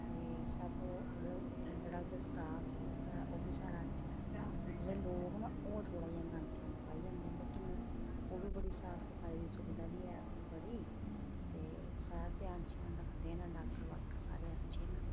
ते सब मतलब जेह्डा उद्धर स्टाफ स्टुफ ऐ ओह् बी सारा अच्छा ऐ जेह्ड़े लोक न ओह् थोह्ड़ा जेहा गंद छंद पाई जंदे न लेकिन ओह् बी बड़ी साफ सफाई दी सुविधा बी ऐ उत्थे बड़ी ते सारा ध्यान छ्यान रखदे न डाक्टर बाक्टर सारे अच्छे न